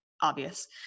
obvious